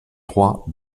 trois